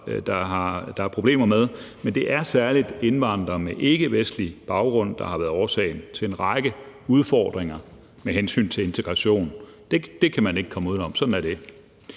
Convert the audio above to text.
der er problemer med, men at det særlig er indvandrere med ikkevestlig baggrund, der har været årsagen til en række udfordringer med hensyn til integration. Det kan man ikke komme uden om. Sådan er det.